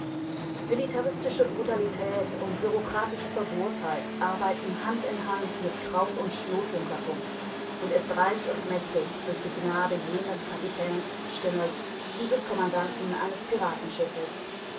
militaristische brutalität und bureaukratische verbohrtheit arbeiten hand in hand mit kraut und schlotjunkertum und ist reich und mächtig durch die gnade jenes kapitäns stinnes dieses kommandanten eines piratenschiffes